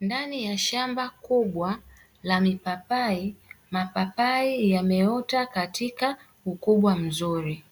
Ndani ya shamba kubwa la mipapai, mapapai yameota katika ukubwa mzuri.